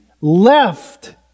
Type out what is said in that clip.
left